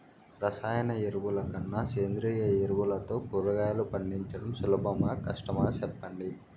రసాయన ఎరువుల కన్నా సేంద్రియ ఎరువులతో కూరగాయలు పండించడం సులభమా కష్టమా సెప్పండి